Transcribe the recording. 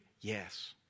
Yes